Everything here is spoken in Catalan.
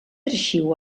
arxiu